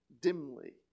Dimly